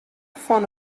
fan